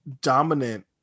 dominant